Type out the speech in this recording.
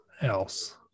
else